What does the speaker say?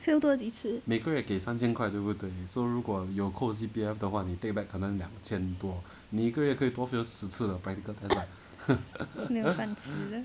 fail 多几次 没有饭吃